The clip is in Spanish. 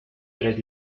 tres